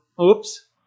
oops